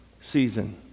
season